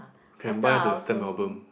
can buy the stamp album